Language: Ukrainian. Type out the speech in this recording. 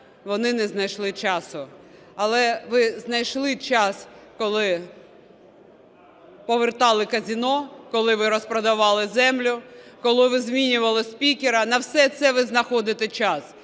вони не знайшли часу. Але ви знайшли час, коли повертали казино, коли ви розпродавали землю, коли ви змінювали спікера. На все це ви знаходите час.